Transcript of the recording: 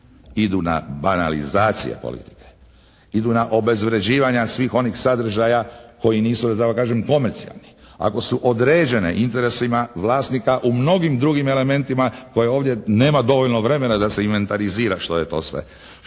idu na banalizacije politike, idu na obezvređivanja svih onih sadržaja koji nisu da tako kažem komercijalni. Ako su određene interesima vlasnika u mnogim drugim elementima koje ovdje nema dovoljno vremena da se inventarizira što je to sve. Što